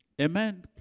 Amen